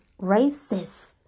Racist